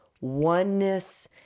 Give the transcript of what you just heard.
oneness